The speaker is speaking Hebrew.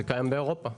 זה קיים באירופה.